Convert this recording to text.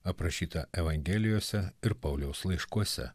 aprašyta evangelijose ir pauliaus laiškuose